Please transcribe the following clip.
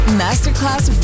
masterclass